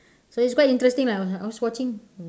so it's quite interesting lah I was watching